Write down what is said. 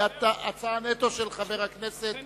היא הצעה נטו של חבר הכנסת אקוניס,